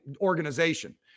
organization